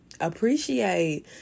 Appreciate